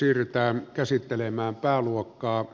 siirrytään käsittelemään pääluokkaa